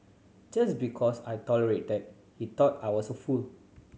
just because I tolerated that he thought I was a fool